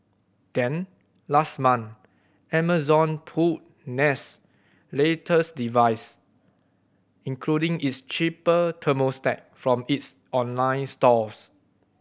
then last month Amazon pulled Nest latest device including its cheaper thermostat from its online stores